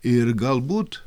ir galbūt